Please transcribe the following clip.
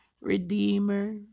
Redeemer